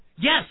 Yes